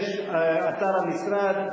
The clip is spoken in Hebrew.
יש אתר למשרד,